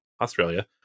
australia